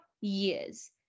years